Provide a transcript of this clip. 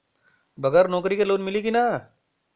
बगर नौकरी क लोन मिली कि ना?